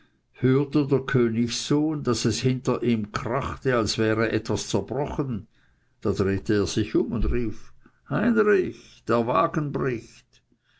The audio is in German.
hörte der königssohn daß es hinter ihm krachte als wäre etwas zerbrochen da drehte er sich um und rief heinrich der wagen bricht